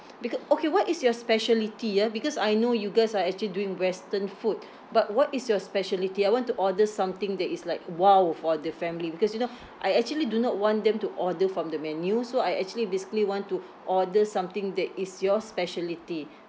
becau~ okay what is your speciality ya because I know you guys are actually doing western food but what is your speciality I want to order something that is like !wow! for the family because you know I actually do not want them to order from the menu so I actually basically want to order something that is your speciality